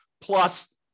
plus